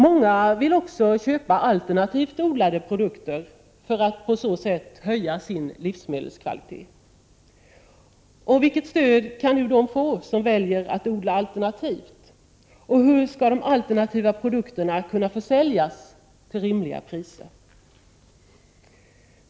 Många vill också köpa alternativt odlade produkter för att på så sätt höja sin livsmedelskvalitet. Vilket stöd kan de få som väljer att odla alternativt, och hur skall de alternativa produkterna kunna försäljas till rimliga priser?